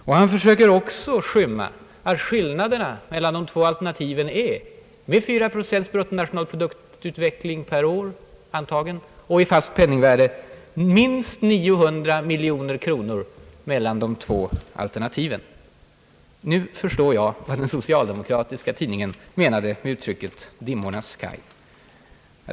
Och han försöker också skymma att skillnaderna mellan de två alternativen är, med en antagen fyra procents bruttonationalproduktökning per år och i fast penningvärde, minst 900 miljoner kronor. Nu förstår jag vad den socialdemokratiska tidningen menade med »Dimmornas Kaj».